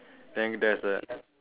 then there's a